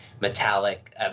metallic